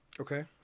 Okay